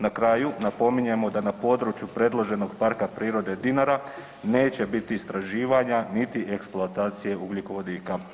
Na kraju napominjemo da na području predloženog PP „Dinara“ neće biti istraživanja niti eksploatacije ugljikovodika.